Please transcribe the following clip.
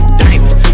diamond